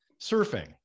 surfing